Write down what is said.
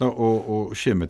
na o o šiemet